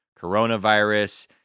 coronavirus